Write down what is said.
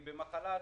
במחלה,